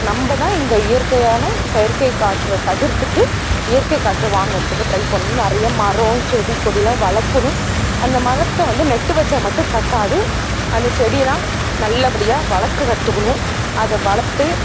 நம்ம தான் இந்த இயற்கையான செயற்கை காற்றை தவிர்த்துட்டு இயற்கை காற்றை வாங்குறத்துக்கு ட்ரை பண்ணணும் நிறைய மரம் செடி கொடிலாம் வளர்க்கணும் அந்த மரத்தை வந்து நட்டு வைச்சா மட்டும் பத்தாது அந்த செடியெல்லாம் நல்லபடியாக வளர்க்க கத்துக்கணும் அதை வளர்த்து